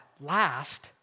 last